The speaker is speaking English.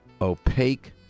opaque